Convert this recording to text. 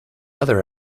other